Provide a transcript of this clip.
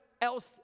else